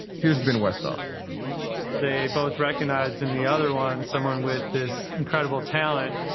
here's been westhoff they both recognized in the other one someone with this incredible talent,